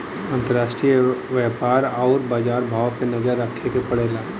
अंतराष्ट्रीय व्यापार आउर बाजार भाव पे नजर रखे के पड़ला